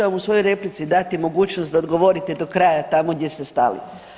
Ja ću vam u svojoj replici dati mogućnost da odgovorite do kraja tamo gdje ste stali.